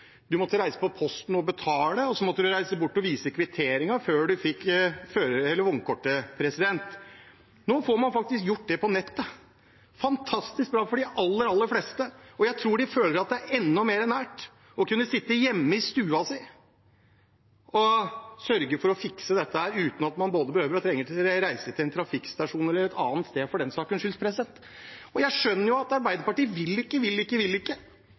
før man fikk vognkortet. Nå får man faktisk gjort det på nettet. Det er fantastisk bra for de aller, aller fleste, og jeg tror de føler at det er enda nærere å kunne sitte hjemme i stua si og fikse dette uten at man behøver å reise til en trafikkstasjon eller et annet sted. Jeg skjønner at Arbeiderpartiet vil ikke, vil ikke og vil ikke.